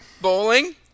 Bowling